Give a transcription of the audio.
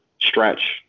Stretch